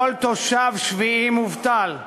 כל תושב שביעי מובטל.